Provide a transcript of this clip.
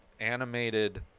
animated